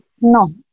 No